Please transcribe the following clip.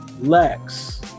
Lex